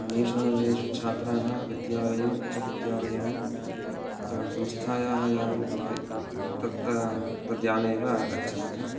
अन्येषु नगरेषु छात्राः विद्यालयम् उच्चविद्यालयं संस्थायाः यानं भवति तत् तद्याने एव गच्छन्ति